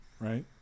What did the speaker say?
right